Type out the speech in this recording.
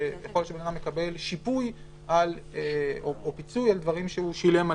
יכול להיות שבן אדם מקבל שיפוי או פיצוי על דברים שהוא שילם עליהם,